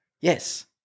Yes